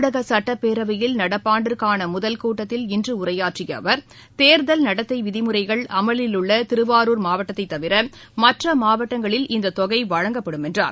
தமிழக சட்டப்பேரவையில் நடப்பாண்டிற்கான முதல் கூட்டத்தில் இன்று உரையாற்றிய அவர் தேர்தல் நடத்தை விதிமுறைகள் அமலில் உள்ள திருவாரூர் மாவட்டத்தைத் தவிர மற்ற மாவட்டங்களில் இந்த தொகை வழங்கப்படும் என்றார்